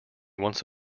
once